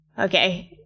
Okay